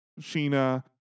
Sheena